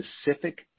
specific